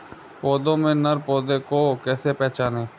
पौधों में नर पौधे को कैसे पहचानें?